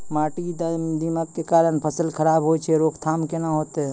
माटी म दीमक के कारण फसल खराब होय छै, रोकथाम केना होतै?